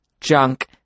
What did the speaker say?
junk